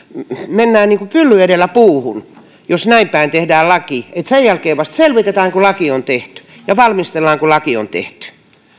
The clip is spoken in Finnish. mennään ihan niin kuin pylly edellä puuhun jos näin päin tehdään laki että sen jälkeen vasta selvitetään kun laki on tehty ja valmistellaan kun laki on tehty